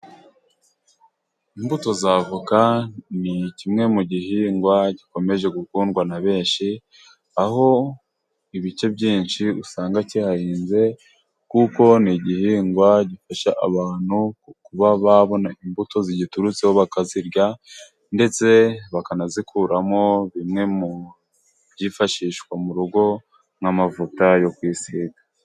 Imbuto z'avoka ni kimwe mu gihingwa gikomeje gukundwa na benshi ,aho ibice byinshi usanga kihahinze kuko ni igihingwa gifasha abantu kuba babona imbuto zigiturutseho bakazirya ndetse bakanazikuramo bimwe mu byifashishwa mu rugo nk'amavuta yo kwisiga.